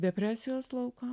depresijos lauką